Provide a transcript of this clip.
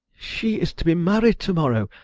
she is to be married to-morrow,